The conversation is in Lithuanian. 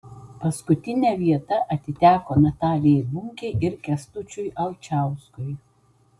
paskutinė vieta atiteko natalijai bunkei ir kęstučiui alčauskui